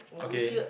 okay